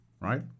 Right